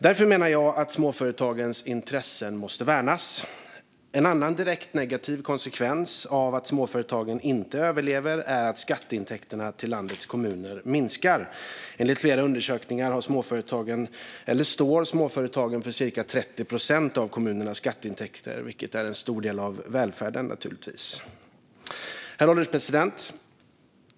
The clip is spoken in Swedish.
Därför menar jag att småföretagens intressen måste värnas. En annan direkt negativ konsekvens av att småföretagen inte överlever är att skatteintäkterna till landets kommuner minskar. Enligt flera undersökningar står småföretagen för cirka 30 procent av kommunernas skatteintäkter, vilket naturligtvis är en stor del av välfärden. Herr ålderspresident!